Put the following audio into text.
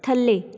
ਥੱਲੇ